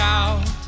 out